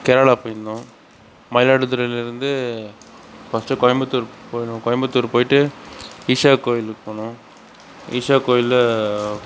கேரளா போயிருந்தோம் மயிலாடுதுறையில் இருந்து ஃபஸ்ட்டு கோயம்புத்தூர் போனோம் கோயம்புத்தூர் போயிட்டு ஈஷா கோவிலுக்கு போனோம் ஈஷா கோவிலில்